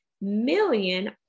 million